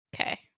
Okay